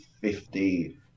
fifty